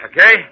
Okay